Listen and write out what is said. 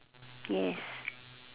yes